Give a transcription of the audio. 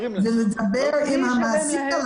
ולדבר עם המעסיק.